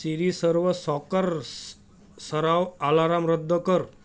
सिरी सर्व सॉकर्स सराव आलाराम रद्द कर